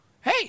Hey